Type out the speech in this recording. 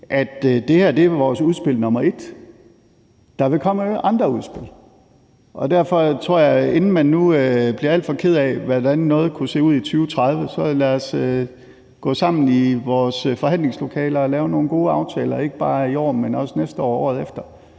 at det her er vores udspil nummer 1. Der vil komme andre udspil. Og derfor tror jeg, at jeg, inden man nu bliver alt for ked af, hvordan noget kunne se ud i 2030, vil sige: Lad os gå sammen i vores forhandlingslokaler og lave nogle gode aftaler, ikke bare i år, men også næste år og året efter.